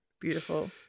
Beautiful